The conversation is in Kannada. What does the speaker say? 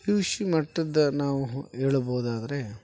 ಪಿ ಯು ಶಿ ಮಟ್ಟದ ನಾವು ಹೇಳಬೋದಾದ್ರೆ